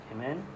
Amen